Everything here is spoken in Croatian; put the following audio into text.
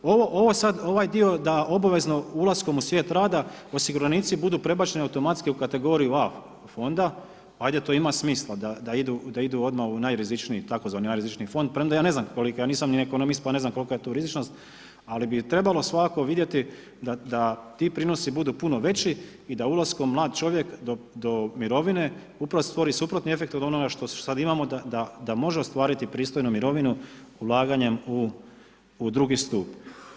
Ovaj dio da obavezno ulaskom u svijet rada osiguranici budu prebačeni automatski u kategoriju A fonda, ajde to ima smisla da idu odmah u najrizičniji, tzv. najrizičniji fond, premda ja ne znam, ja nisam ni ekonomist pa ne znam kolika je tu rizičnost, ali bi trebalo svakako vidjeti da ti prinosi budu puno veći i da ulaskom mlad čovjek do mirovine upravo stvori suprotan efekt od onoga što sad imamo, da može ostvariti pristojnu mirovinu ulaganjem u drugi stup.